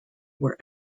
were